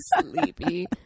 sleepy